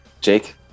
Jake